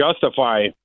justify